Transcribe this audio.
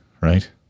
right